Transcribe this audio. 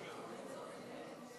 אדוני היושב-ראש,